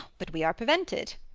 but we are prevented.